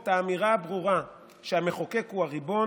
את האמירה הברורה שהמחוקק הוא הריבון.